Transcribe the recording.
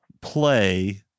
play